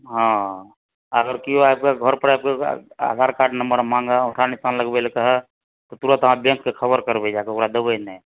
हॅं अगर केओ आबि कऽ घर पर आबि कऽ आधार कार्ड नम्बर मांगए औंठा निशान लगबै लए कहए तऽ तुरत आहाँ खबर करबै बैंकके जाय कऽ ओकरा आहाँ देबै नहि